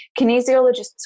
kinesiologists